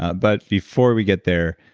ah but before we get there,